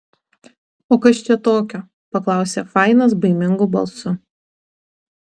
o kas čia tokio paklausė fainas baimingu balsu